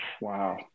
wow